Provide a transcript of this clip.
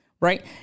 right